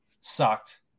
sucked